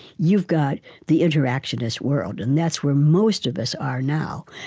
you've got the interactionist world, and that's where most of us are now.